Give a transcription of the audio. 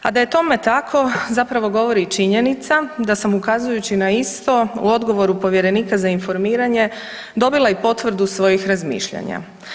A da je tome tako zapravo govori i činjenica da sam ukazujući na isto u odgovoru povjerenika za informiranje dobila i potvrdu svojih razmišljanja.